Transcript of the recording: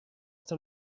dem